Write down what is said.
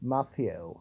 Matthew